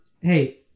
hey